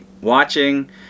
watching